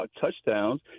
touchdowns